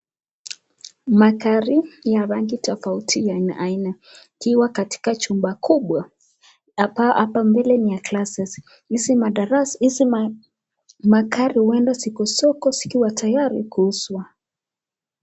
Magari ya rangi tofauti ya aina aina yakiwa katika chumba kubwa hapa mbele ni ya(cs) classes (cs)hizi magari huenda ziko soko zikiwa tayari kuuzwa.